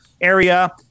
area